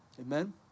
Amen